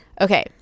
okay